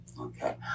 Okay